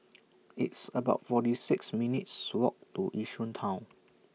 It's about forty six minutes' Walk to Yishun Town